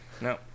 No